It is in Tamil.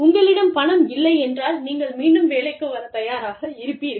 உங்களிடம் பணம் இல்லை என்றால் நீங்கள் மீண்டும் வேலைக்கு வரத் தயாராக இருப்பீர்கள்